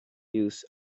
use